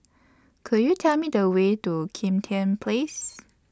Could YOU Tell Me The Way to Kim Tian Place